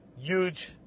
huge